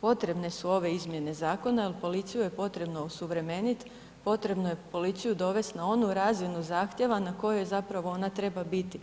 potrebne su ove izmjene zakona jer policiju je potrebno osuvremeniti, potrebno je policiju dovesti na onu razinu zahtjeva na kojoj zapravo ona treba biti.